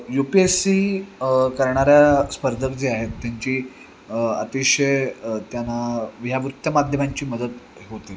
you P S C करणाऱ्या स्पर्धक जे आहेत त्यांची अतिशय त्यांना वि ह्या वृत्तमाध्यमांची मदत होते